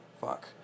fuck